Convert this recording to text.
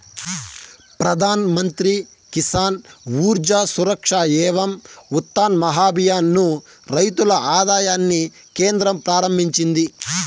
ప్రధాన్ మంత్రి కిసాన్ ఊర్జా సురక్ష ఏవం ఉత్థాన్ మహాభియాన్ ను రైతుల ఆదాయాన్ని కేంద్రం ఆరంభించింది